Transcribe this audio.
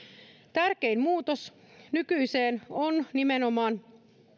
tärkein muutos nykyiseen on nimenomaan laatusuosituksella